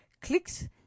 clicks